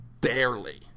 barely